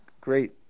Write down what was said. great